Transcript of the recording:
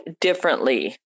differently